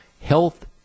health